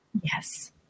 Yes